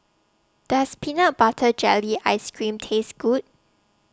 Does Peanut Butter Jelly Ice Cream Taste Good